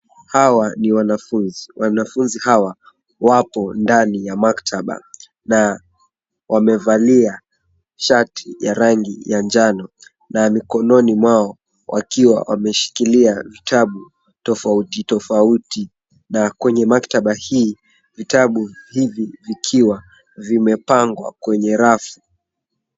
Hawa ni wanafunzi. wanafunzi hawa wapo ndani ya maktaba na wamevalia shati ya rangi ya njano na mkononi mwao wakiwa wameshikilia vitabu tofautitofauti, na kwenye maktaba hii, vitabu hivi vikiwa vimepangwa kwenye rafu.